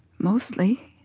mostly.